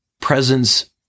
presence